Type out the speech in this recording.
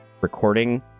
recording